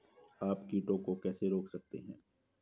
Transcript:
आप कीटों को कैसे रोक सकते हैं?